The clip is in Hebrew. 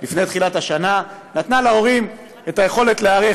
לפני תחילת השנה נתן להורים את היכולת להיערך,